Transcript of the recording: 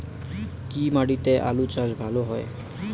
কি মাটিতে আলু চাষ ভালো হয়?